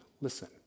Listen